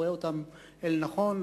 רואה אותם אל נכון,